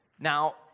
Now